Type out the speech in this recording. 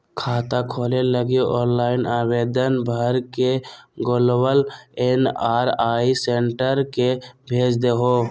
खाता खोले लगी ऑनलाइन आवेदन भर के ग्लोबल एन.आर.आई सेंटर के भेज देहो